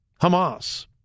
Hamas